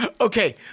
okay